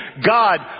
God